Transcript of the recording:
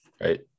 right